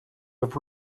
have